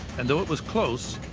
and though it was close,